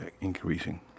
increasing